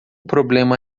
problema